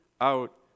out